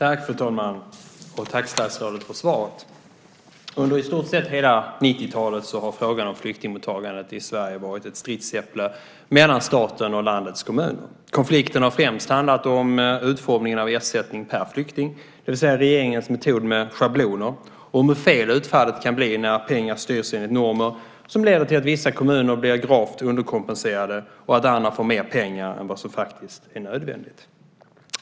Fru talman! Tack, statsrådet, för svaret! Under i stort sett hela 90-talet har frågan om flyktingmottagandet i Sverige varit ett stridsäpple mellan staten och landets kommuner. Konflikten har främst handlat om utformningen av ersättningen per flykting, det vill säga regeringens metod med schabloner och hur fel utfallet kan bli när pengar styrs enligt normer som leder till att vissa kommuner blir gravt underkompenserade och att andra får mer pengar än som faktiskt är nödvändigt.